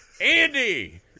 Andy